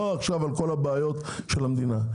לא על כל הבעיות של המדינה.